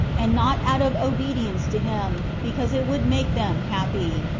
and not out of obedience to him, because it would make them happy.